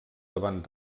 davant